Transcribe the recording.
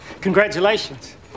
Congratulations